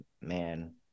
man